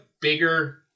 bigger